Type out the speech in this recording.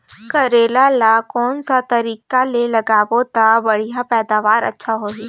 करेला ला कोन सा तरीका ले लगाबो ता बढ़िया पैदावार अच्छा होही?